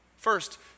First